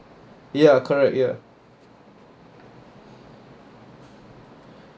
ya correct ya